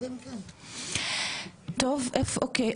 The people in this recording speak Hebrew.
אוקי,